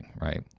right